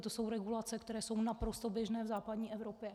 To jsou regulace, které jsou naprosto běžné v západní Evropě.